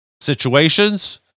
situations